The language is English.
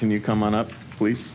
can you come on up please